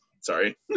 sorry